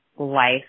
Life